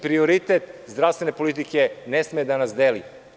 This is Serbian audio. Prioritet zdravstvene politike ne sme da nas deli.